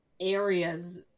areas